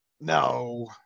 No